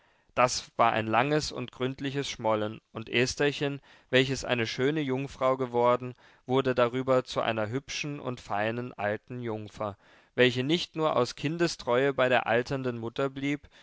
das war ein langes und gründliches schmollen und estherchen welches eine schöne jungfrau geworden wurde darüber zu einer hübschen und feinen alten jungfer welche nicht nur aus kindestreue bei der alternden mutter blieb